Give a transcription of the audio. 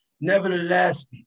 Nevertheless